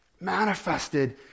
manifested